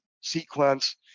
sequence